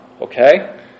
Okay